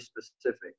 specific